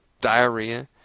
diarrhea